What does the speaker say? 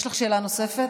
יש לך שאלה נוספת?